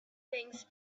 things